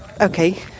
okay